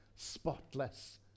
spotless